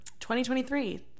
2023